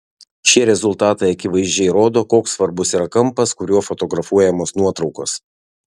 šie rezultatai akivaizdžiai rodo koks svarbus yra kampas kuriuo fotografuojamos nuotraukos